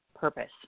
purpose